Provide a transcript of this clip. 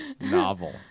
Novel